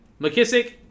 McKissick